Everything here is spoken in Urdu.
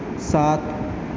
سات